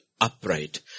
upright